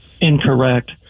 incorrect